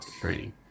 training